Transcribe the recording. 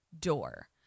door